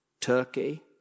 Turkey